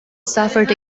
suffered